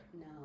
No